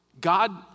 God